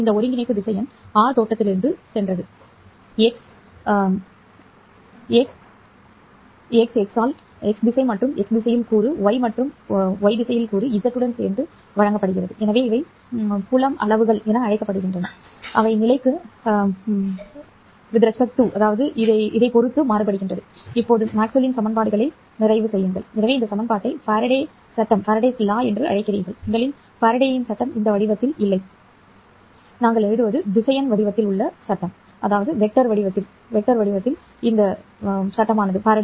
இந்த ஒருங்கிணைப்பு திசையன் orr தோற்றத்திலிருந்து சென்றது x x ஆல் x திசை மற்றும் x திசையில் கூறு y மற்றும் கூறு z உடன் சேர்ந்து வழங்கப்படுகிறது எனவே இவை புலம் அளவுகள் என அழைக்கப்படுகின்றன அவை நிலைக்கு மரியாதை மற்றும் வேறுபடுகின்றன இப்போது மேக்ஸ்வெல்லின் சமன்பாடுகளை நிறைவு செய்யுங்கள் எனவே இந்த சமன்பாட்டை ஃபாரடே சட்டம் என்று அழைக்கிறீர்கள் முதலில் ஃபாரடேயின் சட்டம் இந்த வடிவத்தில் இல்லை நாங்கள் எழுதுவது திசையன் வடிவத்தில் உள்ள சட்டம் சரி